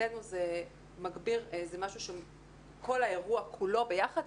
מבחינתנו כל האירוע כולו ביחד,